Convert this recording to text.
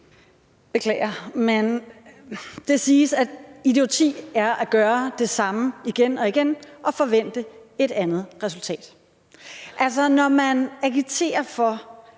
Beklager, men det siges, at idioti er at gøre det samme igen og igen og forvente et andet resultat, altså når der agiteres for